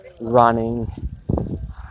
running